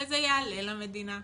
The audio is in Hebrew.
וזה יעלה למדינה.